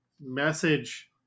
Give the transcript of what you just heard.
message